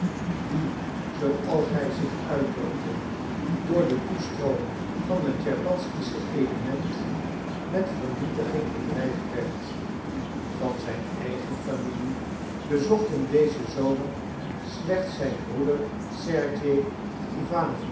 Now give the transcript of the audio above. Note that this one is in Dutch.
die zooals hij zich uitdrukte door den toestroom van het tscherbatzkysche element met vernietiging bedreigd werd van zijn eigen familie bezocht hem dezen zomer slechts zijn broeder sergej